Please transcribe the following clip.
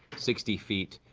sixty feet.